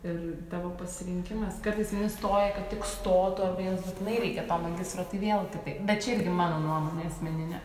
ir tavo pasirinkimas kartais vieni stoja kad tik stotų arba jiems būtinai reikia to magistro tai vėl taip bet čia irgi mano nuomonė asmeninė